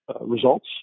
results